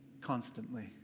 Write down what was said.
constantly